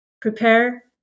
prepare